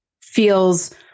feels